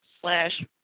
slash